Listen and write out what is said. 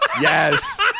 Yes